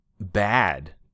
bad